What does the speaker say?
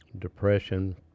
Depression